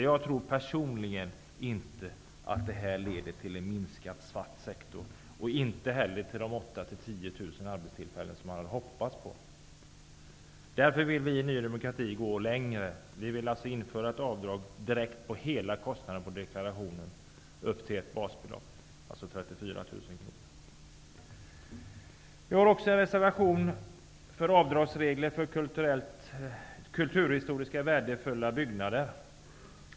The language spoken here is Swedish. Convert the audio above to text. Jag tror personligen inte att detta förslag leder till en minskad svart sektor, och inte heller till de 8 000--10 000 nya arbetstillfällen som man hoppats på. Vi i Ny demokrati vill därför gå längre. Vi vill införa ett avdrag där hela kostnaden upp till ett basbelopp, dvs. 34 000 kr, dras av direkt på deklarationen. Vi har en reservation om avdragsregler för kulturhistoriskt värdefulla byggnader.